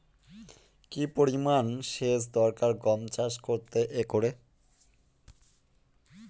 কি পরিমান সেচ দরকার গম চাষ করতে একরে?